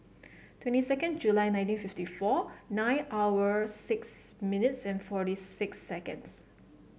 twenty second July nineteen fifty four nine hour six minutes and forty six seconds